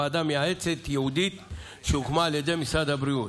ועדה מייעצת ייעודית שהוקמה על ידי משרד הבריאות.